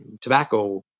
tobacco